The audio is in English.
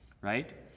right